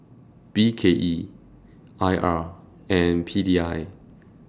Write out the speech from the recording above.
B K E I R and P D I